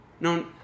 No